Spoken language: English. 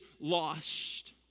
lost